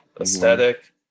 aesthetic